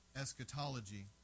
eschatology